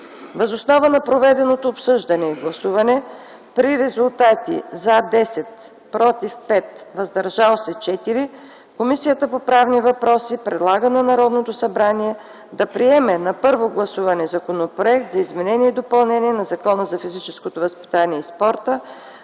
Въз основа на проведеното обсъждане и гласуване при следните резултати: „за” - 10, „против” - 5, „въздържали се” - 4, Комисията по правни въпроси предлага на Народното събрание да приеме на първо гласуване Законопроект за изменение и допълнение на Закона за физическото възпитание и спорта,